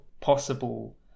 possible